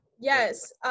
Yes